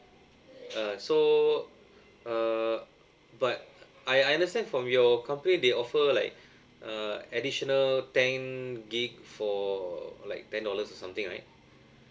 uh so uh but I I understand from your company they offer like uh additional ten gig for like ten dollars or something right